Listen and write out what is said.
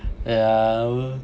yeah